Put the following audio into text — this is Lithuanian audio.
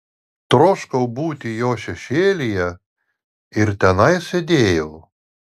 troškau būti jo šešėlyje ir tenai sėdėjau